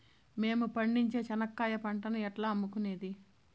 మేము పండించే చెనక్కాయ పంటను ఎట్లా అమ్ముకునేది?